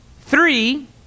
Three